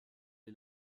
est